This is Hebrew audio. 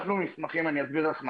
אני אסביר לך.